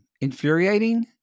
infuriating